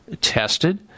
tested